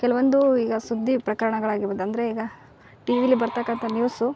ಕೆಲವೊಂದು ಈಗ ಸುದ್ದಿ ಪ್ರಕರಣಗಳಾಗಿರಬಹುದು ಅಂದರೆ ಈಗ ಟೀ ವಿಲಿ ಬರ್ತಕಂಥ ನ್ಯೂಸು